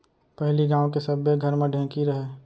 पहिली गांव के सब्बे घर म ढेंकी रहय